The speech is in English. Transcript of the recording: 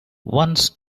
once